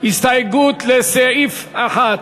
הסתייגות לסעיף 1,